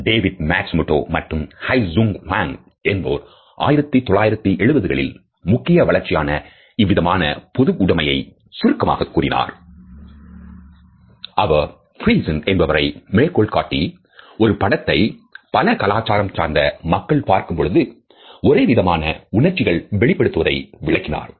David Matsumoto மற்றும் Hyi Sung Hwang என்போர் 1970 களில் முக்கிய வளர்ச்சியான இவ்விதமான பொதுவுடைமையை சுருக்கமாக கூறினார் அவர் Friesen என்பவரை மேற்கோள்காட்டி ஒரே படத்தை பல கலாச்சாரம் சார்ந்த மக்கள் பார்க்கும் பொழுது ஒரேவிதமான உணர்ச்சிகள் வெளிப்படுவதை விளக்கினார்கள்